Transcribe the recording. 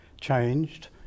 changed